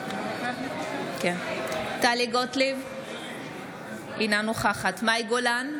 נוכח טלי גוטליב, אינה נוכחת מאי גולן,